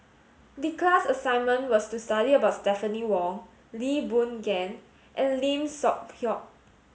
the class assignment was to study about Stephanie Wong Lee Boon Ngan and Lim Seok Hui